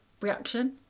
reaction